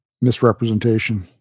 misrepresentation